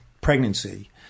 pregnancy